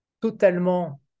totalement